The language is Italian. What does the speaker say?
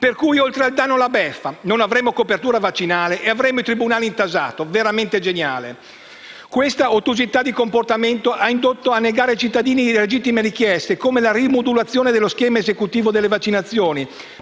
Quindi, oltre al danno la beffa: non avremo copertura vaccinale e avremo i tribunali intasati. Veramente geniale! Questa ottusità di comportamento ha indotto a negare ai cittadini legittime richieste, come la rimodulazione dello schema esecutivo delle vaccinazioni.